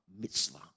Mitzvah